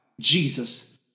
Jesus